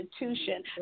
institution